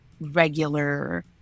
regular